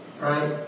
Right